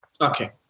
Okay